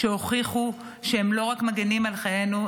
שהוכיחו שהם לא רק מגינים על חיינו,